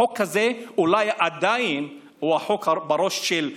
החוק הזה הוא אולי עדיין חוק בראש של השב"כ,